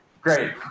Great